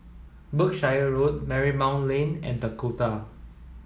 Berkshire Road Marymount Lane and Dakota